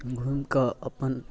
घुमिकऽ अपन